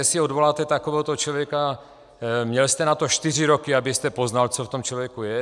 Jestli odvoláte takovéhoto člověka, měl jste na to čtyři roky, abyste poznal, co v tom člověku je.